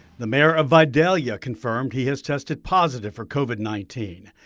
the mayor of vidalia confirmed he has tested positive for covid nineteen.